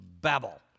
babble